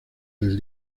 del